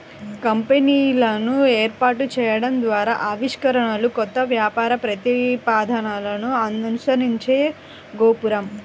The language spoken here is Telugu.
కంపెనీలను ఏర్పాటు చేయడం ద్వారా ఆవిష్కరణలు, కొత్త వ్యాపార ప్రతిపాదనలను అనుసరించే గోపురం